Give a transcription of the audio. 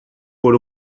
por